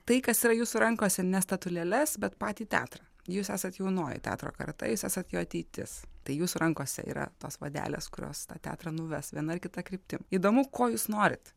tai kas yra jūsų rankose ne statulėles bet patį teatrą jūs esat jaunoji teatro karta jūs esat jo ateitis tai jūsų rankose yra tos vadelės kurios tą teatrą nuves viena ar kita kryptim įdomu ko jūs norit